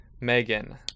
Megan